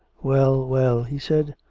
well, well, he said.